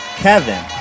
Kevin